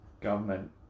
government